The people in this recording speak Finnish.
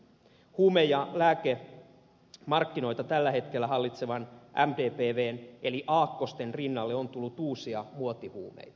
huume ja lääkemarkkinoita tällä hetkellä hallitsevan mdpvn eli aakkosten rinnalle on tullut uusia muotihuumeita